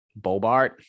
bobart